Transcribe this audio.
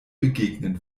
begegnen